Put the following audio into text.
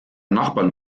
nachbarn